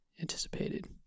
anticipated